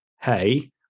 hey